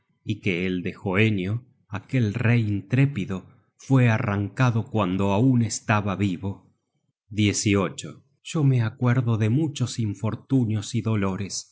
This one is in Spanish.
y que el de hoenio aquel rey intrépido fue arrancado cuando aun estaba vivo yo me acuerdo de muchos infortunios y dolores